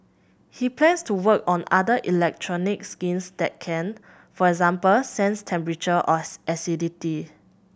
he plans to work on other electronic skins that can for example sense temperature or acidity